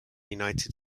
united